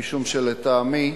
משום שלטעמי,